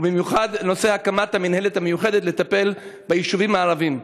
ובמיוחד נושא הקמת המינהלת המיוחדת לטפל ביישובים הערביים.